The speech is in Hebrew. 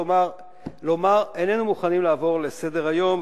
כלומר לומר: איננו מוכנים לעבור לסדר-היום.